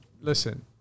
listen